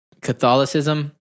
Catholicism